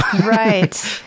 Right